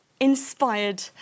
inspired